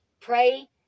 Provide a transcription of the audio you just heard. pray